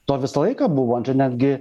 to visą laiką buvo netgi